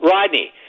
Rodney